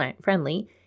friendly